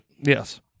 Yes